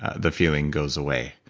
the feeling goes away.